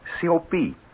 C-O-P